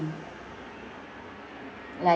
like